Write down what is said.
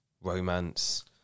romance